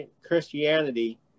Christianity